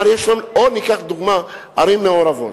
או ניקח לדוגמה את הערים המעורבות,